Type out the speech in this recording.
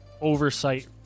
oversight